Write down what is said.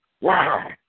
wow